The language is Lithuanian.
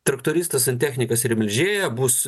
traktoristas santechnikas ir melžėja bus